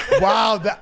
wow